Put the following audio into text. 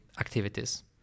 activities